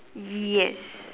yes